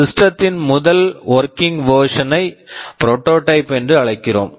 system system த்தின் முதல் working வெர்சனை working version ப்ரோடோடைப் prototype என்று அழைக்கிறோம்